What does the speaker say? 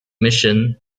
mission